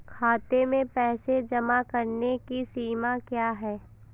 खाते में पैसे जमा करने की सीमा क्या है?